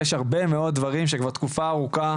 יש הרבה מאוד דברים שכבר תקופה ארוכה